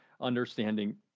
understanding